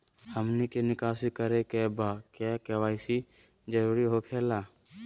हमनी के निकासी करे के बा क्या के.वाई.सी जरूरी हो खेला?